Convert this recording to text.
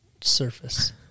surface